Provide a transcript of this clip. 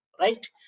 right